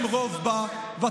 מה